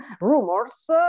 rumors